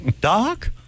Doc